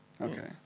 Okay